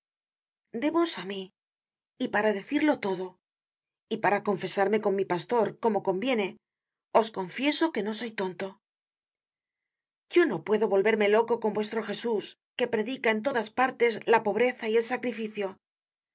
de vos á mí y para decirlo todo y para confesarme con mi pastor como conviene os confieso que no soy tonto yo no puedo volverme loco con vuestro jesús que predica en todas partes la pobreza y el sacrificio